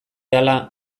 ahala